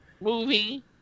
movie